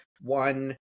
one